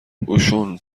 اوشون